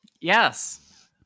Yes